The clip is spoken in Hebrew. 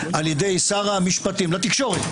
על ידי שר המשפטים לתקשורת,